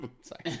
Sorry